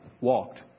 walked